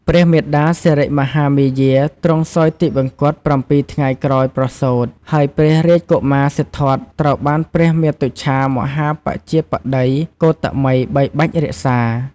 ព្រះមាតាសិរិមហាមាយា ទ្រង់សោយទិវង្គត ៧ ថ្ងៃក្រោយប្រសូត ហើយព្រះរាជកុមារសិទ្ធត្ថត្រូវបានព្រះមាតុច្ឆាមហាបជាបតីគោតមីបីបាច់រក្សា។